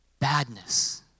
badness